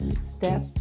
step